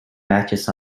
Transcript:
matches